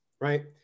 right